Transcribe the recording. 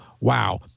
wow